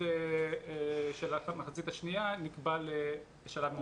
של המחצית השנייה נקבע לשלב מאוחר יותר.